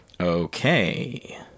Okay